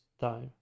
time